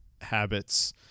habits